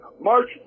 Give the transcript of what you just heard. March